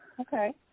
okay